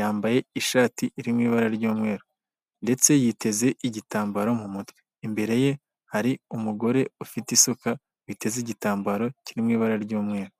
yambaye ishati iri mu ibara ry'umweru ndetse yiteze igitambaro mu mutwe, imbere ye hari umugore ufite isuka, witeze igitambaro kiri mu ibara ry'umweru.